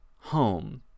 home